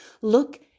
Look